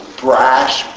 brash